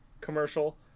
commercial